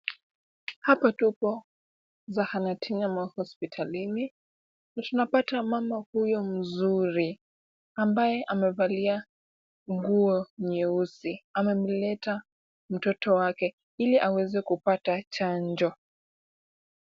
Hapa tupo zahanatini ama hospitalini, tunapata mama huyo mzuri ambaye amevalia nguo nyeusi, amemleta mtoto wake ili aweze kupata chanjo.